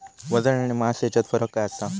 वजन आणि मास हेच्यात फरक काय आसा?